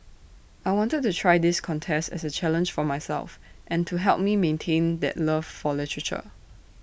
I wanted to try this contest as A challenge for myself and to help me maintain that love for literature